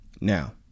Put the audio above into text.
Now